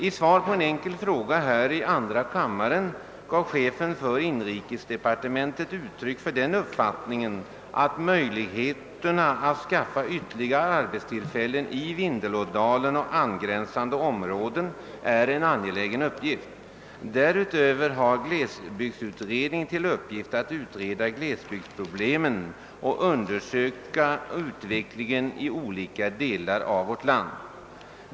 I svar på en enkel fråga i andra kammaren gav cheten för inrikesdepartementet uttryck för den uppfattningen, att möjligheterna att skaffa ytterligare arbetstillfällen i Vindelådalen och angränsande områden är en angelägen uppgift. Därutöver har glesbygdsutred ningen till uppgift att utreda glesbygdsproblemen och undersöka utvecklingen i olika delar av vårt land.